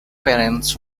parents